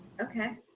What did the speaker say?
Okay